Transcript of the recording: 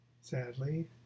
sadly